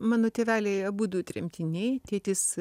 mano tėveliai abudu tremtiniai tėtis